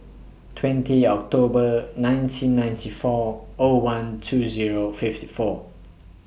twenty October nineteen ninety four O one two Zero fifty four